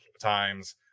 times